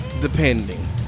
Depending